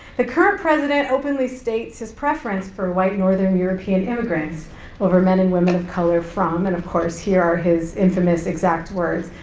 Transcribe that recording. the current president openly states his preference for white, northern european immigrants over men and women of color from, and of course, here are his infamous exact words,